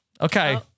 okay